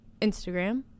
Instagram